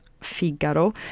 Figaro